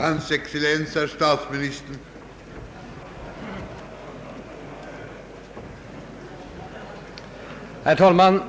Herr talman!